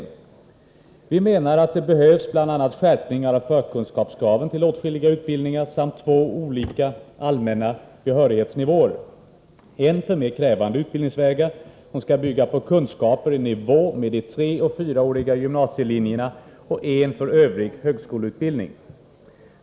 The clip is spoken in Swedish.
Vi menar att 24 maj 1984 det behövs bl.a. skärpningar av förkunskapskraven till åtskilliga utbildningar samt två olika allmänna behörighetsnivåer, en för mer krävande utbild EAS La 3 Vissa anslag till ningsvägar som skall bygga på Kunskaper i nivå med « treoch fyraåriga grundläggan de gymnasielinjerna och en för övrig högskoleutbildning.